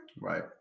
right